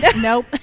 Nope